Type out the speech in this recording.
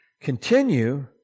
continue